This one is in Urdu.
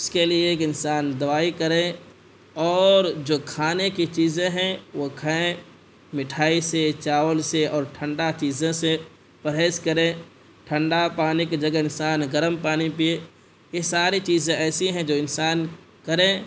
اس کے لیے ایک انسان دوائی کرے اور جو کھانے کی چیزیں ہیں وہ کھائیں مٹھائی سے چاول سے اور ٹھنڈا چیزوں سے پرہیز کریں ٹھنڈا پانی کی جگہ انسان گرم پانی پیے یہ ساری چیزیں ایسی ہیں جو انسان کریں